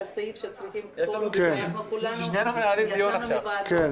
אני רוצה לברך את חברתי חברת הכנסת מיכל